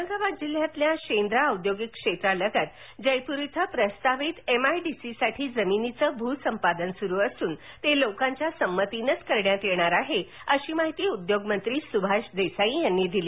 औरंगाबाद जिल्ह्यातील शेंद्रा औद्योगिक क्षेत्रालगत जयपूर येथे प्रस्तावित एमआयडीसीसाठी जमिनीचे भूसंपादन सुरु असून ते लोकांच्या संमतीनेच करण्यात येणार आहे अशी माहिती उद्योगमंत्री सुभाष देसाई यांनी दिली